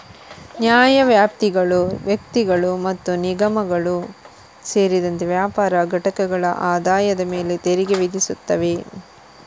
ನ್ಯಾಯವ್ಯಾಪ್ತಿಗಳು ವ್ಯಕ್ತಿಗಳು ಮತ್ತು ನಿಗಮಗಳು ಸೇರಿದಂತೆ ವ್ಯಾಪಾರ ಘಟಕಗಳ ಆದಾಯದ ಮೇಲೆ ತೆರಿಗೆ ವಿಧಿಸುತ್ತವೆ